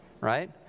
right